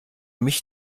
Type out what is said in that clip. mich